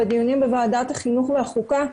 בדיונים בוועדת החינוך והחוקה,